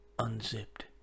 Unzipped